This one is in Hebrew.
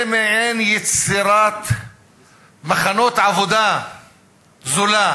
זה מעין יצירת מחנות עבודה זולה